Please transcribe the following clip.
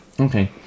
Okay